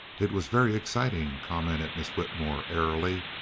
it was very exciting, commented miss whitmore, airily.